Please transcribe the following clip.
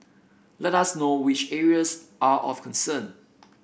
let us know which areas are of concern